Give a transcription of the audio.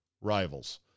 rivals